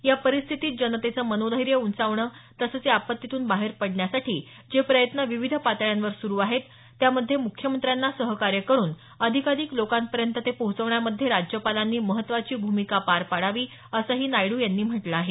या परिस्थितीत जनतेच मनोधैर्य उंचावण तसंच या आपत्तीतून बाहेर पाडण्यासाठी जे प्रयत्न विविध पातळ्यांवर सुरु आहेत त्यामध्ये मुख्यमत्र्यांना सहकार्य करून अधिकाधिक लोकांपर्यंत ते पोहोचवण्यामध्ये राज्यपालांनी महत्त्वाची भूमिका पार पाडावी असंही नायडू यांनी म्हटलं आहे